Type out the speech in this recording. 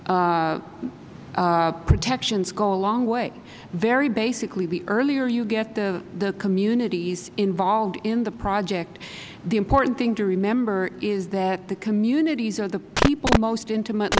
protections go a long way very basically the earlier you get the communities involved in the project the important thing to remember is that the communities are the people most intimate